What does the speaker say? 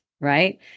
right